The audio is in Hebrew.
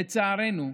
לצערנו,